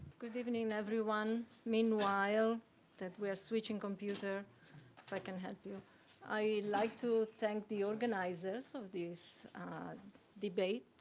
good evening, everyone. meanwhile that we're switching computer like and help you i'd like to thank the organizers of this debate.